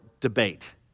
debate